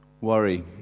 Worry